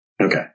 Okay